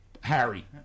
Harry